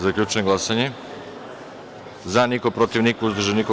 Zaključujem glasanje: za – niko, protiv – niko, uzdržan – niko.